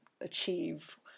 achieve